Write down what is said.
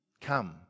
come